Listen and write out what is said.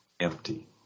empty